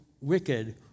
wicked